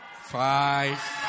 five